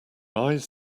eyes